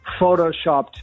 photoshopped